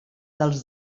dels